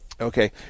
Okay